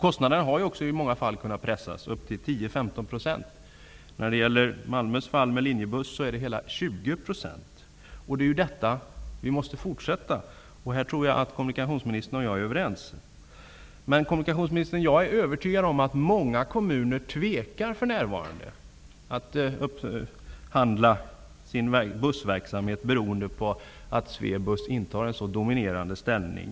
Kostnaderna har i många fall kunnat pressas, med upp till 10--15 %. När det gäller Linjebuss i Malmö är det fråga om 20 %. Vi måste fortsätta med detta. Jag tror att kommunikationsministern och jag är överens om det. Jag är övertygad om att många kommuner för närvarande tvekar att upphandla bussverksamhet, beroende på att Swebus intar en så dominerande ställning.